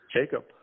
Jacob